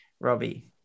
Robbie